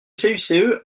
cice